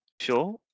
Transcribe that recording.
sure